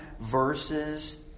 verses